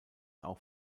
auch